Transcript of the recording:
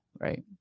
right